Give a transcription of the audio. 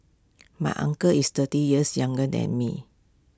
my uncle is thirty years younger than me